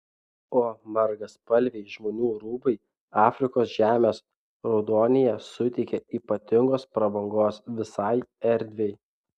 o margaspalviai žmonių rūbai afrikos žemės raudonyje suteikia ypatingos prabangos visai erdvei